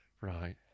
Right